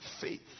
faith